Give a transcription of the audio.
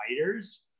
fighters